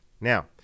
Now